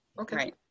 Okay